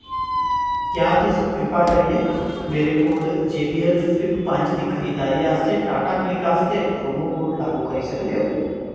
क्या तुस कृपा करियै मेरे कोल जे बी एल फ्लिप पंज दी खरीदारी आस्तै टाटा क्लिक आस्तै प्रोमो कोड लागू करी सकदे ओ